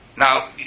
Now